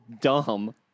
dumb